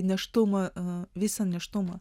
nėštumą visą nėštumą